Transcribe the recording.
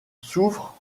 souffrent